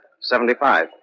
Seventy-five